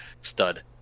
stud